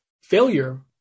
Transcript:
failure